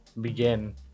begin